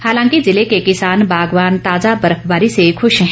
हालांकि जिले के किसान बागवान ताजा बर्फवारी से खुश हैं